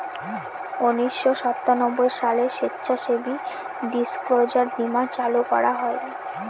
উনিশশো সাতানব্বই সালে স্বেচ্ছাসেবী ডিসক্লোজার বীমা চালু করা হয়